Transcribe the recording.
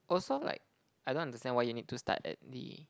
also like I don't understand why you need to start at the